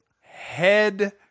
head